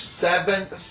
seventh